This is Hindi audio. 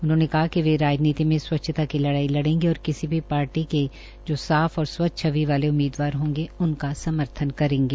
उन्होंने कहा कि वे राजनीतिक में स्वच्छता की लड़ाई लड़ेगे और किसी भी पार्टी के जो साफ और स्व्च्छ छवि वाले उम्मीदवार होंगे उनका समर्थन करेंगे